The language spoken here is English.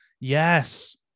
yes